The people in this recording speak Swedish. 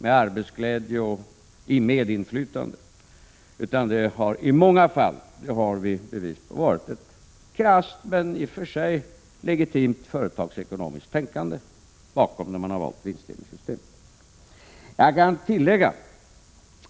Vi har i flera fall bevis på att det varit ett krasst, men i och för sig legitimt, företagekonomiskt tänkande bakom när man har valt vinstdelningssystem.